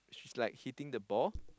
she's like hitting the ball